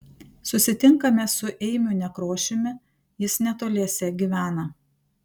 susitinkame su eimiu nekrošiumi jis netoliese gyvena